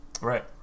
Right